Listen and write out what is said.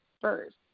first